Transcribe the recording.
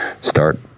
Start